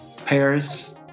Paris